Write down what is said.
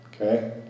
Okay